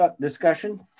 discussion